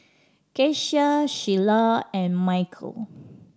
Keshia Shiela and Mykel